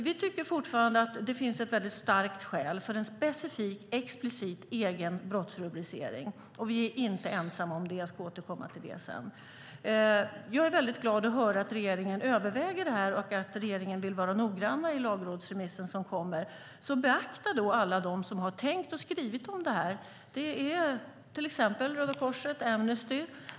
Vi tycker fortfarande att det finns ett väldigt starkt skäl för en specifik explicit egen brottsrubricering, och vi är inte ensamma om det. Jag ska återkomma till det senare. Jag är väldigt glad att höra att regeringen överväger det här och att regeringen vill vara noggrann i lagrådsremissen som beaktar alla dem som har tänkt och skrivit om det här, till exempel Röda Korset och Amnesty.